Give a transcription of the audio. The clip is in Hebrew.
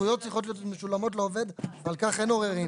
הזכויות צריכות להיות משולמות לעובד ועל כך אין עוררין.